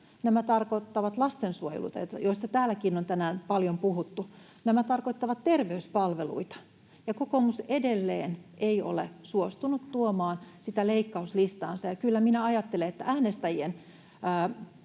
nämä tarkoittavat lastensuojelutyötä, josta täälläkin on tänään paljon puhuttu, nämä tarkoittavat terveyspalveluita. Ja kokoomus edelleenkään ei ole suostunut tuomaan sitä leikkauslistaansa, ja kyllä minä ajattelen, että äänestäjien